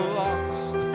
lost